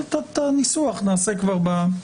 נבהיר איזה נוסח נלקח על ידנו.